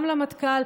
גם למטכ"ל,